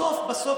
בסוף בסוף,